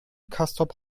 castrop